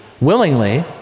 willingly